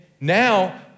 now